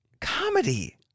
comedy